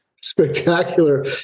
spectacular